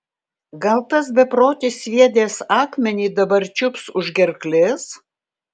gal tas beprotis sviedęs akmenį dabar čiups už gerklės